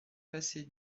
passer